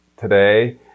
today